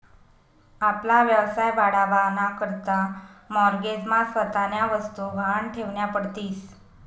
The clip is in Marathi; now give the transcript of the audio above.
आपला व्यवसाय वाढावा ना करता माॅरगेज मा स्वतःन्या वस्तु गहाण ठेवन्या पडतीस